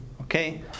Okay